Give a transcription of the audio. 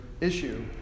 issue